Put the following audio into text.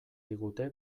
digute